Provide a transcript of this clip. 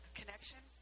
connection